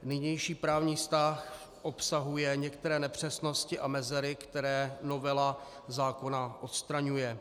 Nynější právní vztah obsahuje některé nepřesnosti a mezery, které novela zákona odstraňuje.